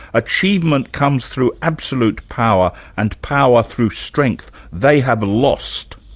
achievement comes through absolute power, and power through strength! they have lost!